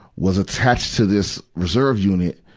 was attached to this reserve unit,